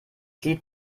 lied